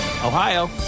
Ohio